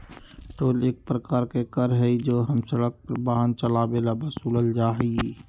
toll एक प्रकार के कर हई जो हम सड़क पर वाहन चलावे ला वसूलल जाहई